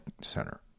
Center